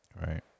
right